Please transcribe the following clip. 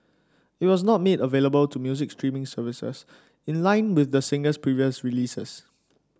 it was not made available to music streaming services in line with the singer's previous releases